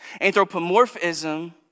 Anthropomorphism